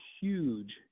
huge